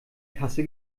kasse